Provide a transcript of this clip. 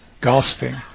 gasping